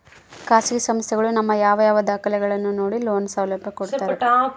ಖಾಸಗಿ ಸಂಸ್ಥೆಗಳು ನಮ್ಮ ಯಾವ ಯಾವ ದಾಖಲೆಗಳನ್ನು ನೋಡಿ ಲೋನ್ ಸೌಲಭ್ಯ ಕೊಡ್ತಾರೆ?